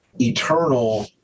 Eternal